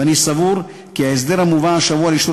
ואני סבור כי ההסדר המובא השבוע לאישור